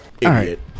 idiot